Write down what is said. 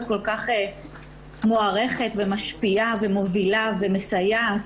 כל כך מוערכת ומשפיעה ומובילה ומסייעת